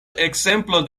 ekzemplo